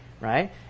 right